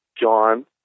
John